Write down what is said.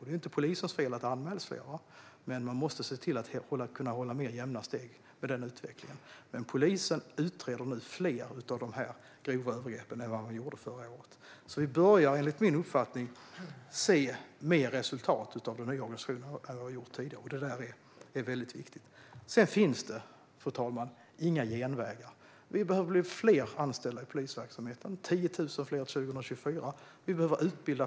Det är inte polisens fel att det anmäls fler, men man måste se till att hålla mer jämna steg med utvecklingen. Polisen utreder nu fler av de grova övergreppen än förra året. Enligt min uppfattning börjar vi se mer resultat av den nya organisationen än tidigare. Det är viktigt. Sedan finns det, fru talman, inga genvägar. Det behövs fler anställda i polisverksamheten. Det ska bli 10 000 fler till 2024.